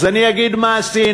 אז אני אגיד מה עשינו: